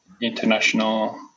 international